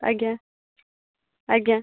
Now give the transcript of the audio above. ଆଜ୍ଞା ଆଜ୍ଞା